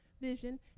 Vision